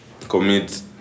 commit